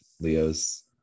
leo's